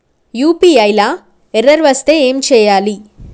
UPI లా error వస్తే ఏం చేయాలి?